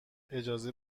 اجازه